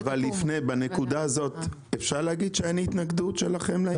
בנקודה הזאת אפשר להגיד שאין התנגדות שלכם לעניין?